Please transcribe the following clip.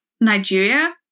Nigeria